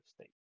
State